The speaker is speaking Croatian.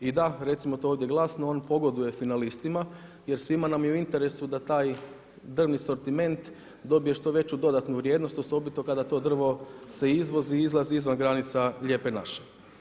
I da, recimo to ovdje glasno on pogoduje finalistima, jer svima nam je u interesu da taj drvni asortiment dobije što veću dodatnu vrijednost osobito kada to drvo se izvozi, izlazi izvan granica Lijepe naše.